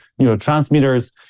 neurotransmitters